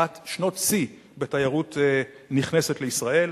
שנות שיא בתיירות נכנסת לישראל.